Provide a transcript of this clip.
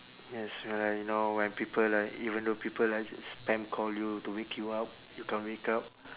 yes when like you know when people like even though people like spam call you to wake you up you can't wake up